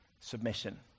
submission